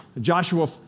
Joshua